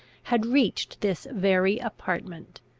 had reached this very apartment.